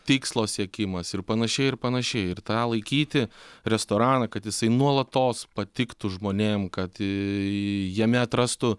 tikslo siekimas ir panašiai ir panašiai ir tą laikyti restoraną kad jisai nuolatos patiktų žmonėm kad jame atrastų